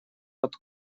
под